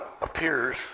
appears